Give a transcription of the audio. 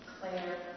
Claire